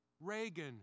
Reagan